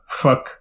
fuck